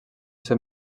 ser